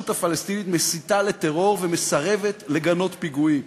הפלסטינית מסיתה לטרור ומסרבת לגנות פיגועים.